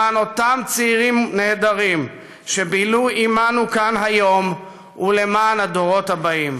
למען אותם צעירים נהדרים שבילו עמנו כאן היום ולמען הדורות הבאים.